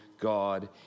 God